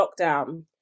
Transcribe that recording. lockdown